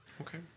Okay